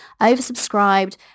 oversubscribed